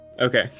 Okay